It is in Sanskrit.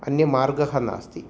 अन्य मार्गः नास्ति